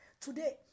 Today